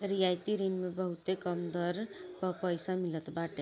रियायती ऋण मे बहुते कम दर पअ पईसा मिलत बाटे